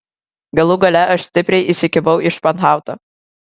galų gale aš stipriai įsikibau į španhautą